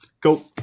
Go